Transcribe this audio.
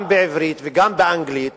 גם בעברית וגם באנגלית,